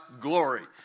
glory